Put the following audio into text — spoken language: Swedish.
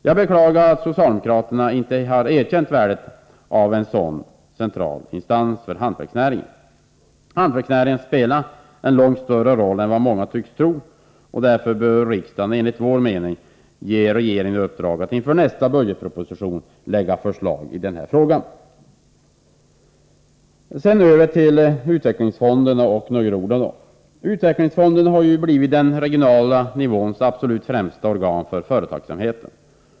Jag beklagar att socialdemokraterna inte erkänner värdet av en sådan central instans för hantverksnäringen. Hantverksnäringen spelar långt större roll än vad många tycks inse. Därför bör riksdagen ge regeringen i uppdrag att inför nästa budgetproposition framlägga förslag i frågan. Sedan vill jag säga några ord om utvecklingsfonderna, som på regional nivå har blivit det främsta organet för företagsamheten.